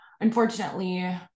unfortunately